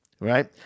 right